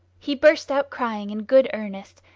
he burst out crying in good earnest,